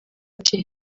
ati